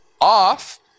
off